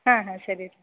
ಹಾಂ ಹಾಂ ಸರಿ ರೀ